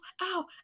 ow